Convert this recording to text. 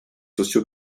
socio